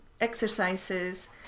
exercises